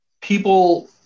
people –